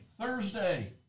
Thursday